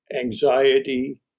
anxiety